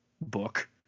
book